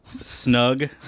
snug